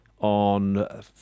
on